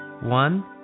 One